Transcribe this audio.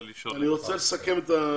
זה לשאול --- אני רוצה לסכם את הישיבה.